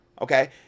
Okay